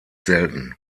selten